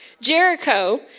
Jericho